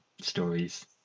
stories